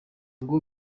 ngo